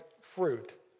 fruit